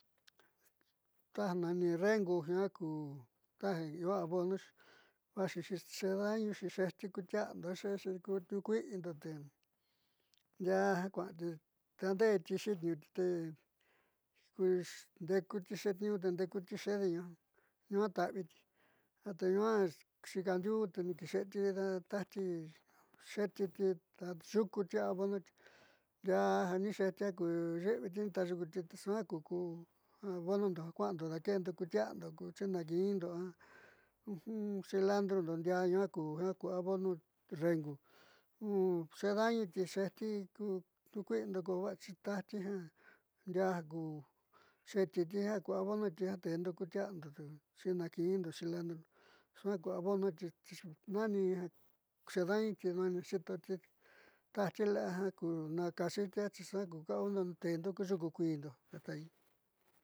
Taja nani rengu jiaa ku ta io abonoxi vaaxixi xeeda'añuxi xejti ku tia'ando a xejti niuukui'indo te ndiaa jiaa kua'ati daande'eti xiitniuuti te ndeeku te xiitniiñuu tendeku ti xeede nuaa ñuaa ta'aviti te ñuaa xiikaandiuu te ni kiixe'eti a tajti xe'etiti taxu'ukuti te suaa ku abonondo ja kua'ando dakeendo ku tia'ando ku chinaki'indo a cilantrondo ndiaa ñuaa kuja ku abono rengu xeeda'añuuti xeejti ku niuukui'indo ko va'a xi taaxi ndiaá ja xeetiti ku abono te'endo ku tiaando chinakiindo cilantrondo suaa ku abonoti naani xeeda'añuti dúaani xiitoti tajti la'a ja ku naakaati te suaa te'endo ku yuku kuiindo.